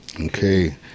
Okay